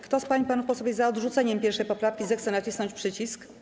Kto z pań i panów posłów jest za odrzuceniem 1. poprawki, zechce nacisnąć przycisk.